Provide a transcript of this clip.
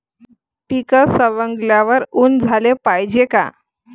पीक सवंगल्यावर ऊन द्याले पायजे का?